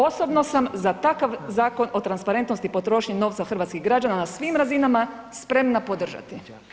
Osobno sam za takav Zakon o transparentnosti potrošnje novca hrvatskih građana na svim razinama spremna podržati.